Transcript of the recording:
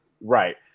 right